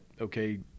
okay